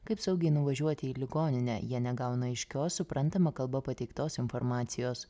kaip saugiai nuvažiuoti į ligoninę jie negauna aiškios suprantama kalba pateiktos informacijos